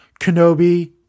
Kenobi